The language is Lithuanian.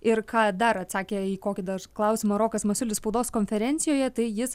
ir ką dar atsakė į kokį dar klausimą rokas masiulis spaudos konferencijoje tai jis